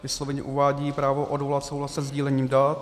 Vysloveně uvádí právo odvolat souhlas se sdílením dat.